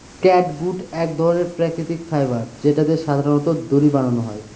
catgut এক ধরনের প্রাকৃতিক ফাইবার যেটা দিয়ে সাধারনত দড়ি বানানো হয়